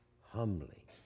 humbly